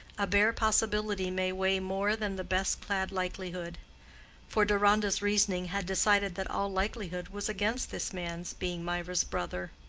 a bare possibility may weigh more than the best-clad likelihood for deronda's reasoning had decided that all likelihood was against this man's being mirah's brother.